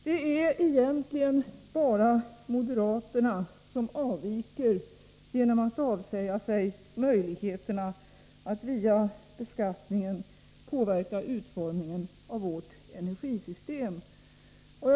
Det är egentligen bara moderaterna som avviker genom att avsäga sig möjligheterna att via beskattningen påverka utformningen av vårt energisystem.